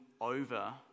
over